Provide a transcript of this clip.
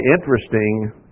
interesting